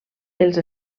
els